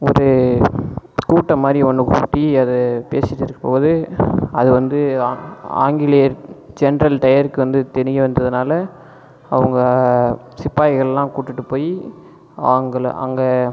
ஒரு கூட்டம் மாதிரி ஒன்று கூட்டி அதை பேசிகிட்டுருக்கும் போது அதை வந்து ஆங்கிலேயர் ஜென்ரல் டையருக்கு வந்து தெரிய வந்ததுனால் அவங்க சிப்பாயிகள்லாம் கூட்டிகிட்டு போய் அவங்களை அங்கே